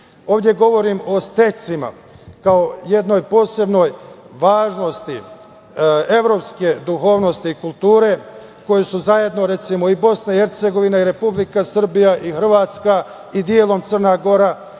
govorim o stecima, kao jednoj posebnoj važnosti evropske duhovnosti i kulture koje su zajedno, recimo, i Bosna i Hercegovina i Republika Srbija, i Hrvatska, i delom Crna Gora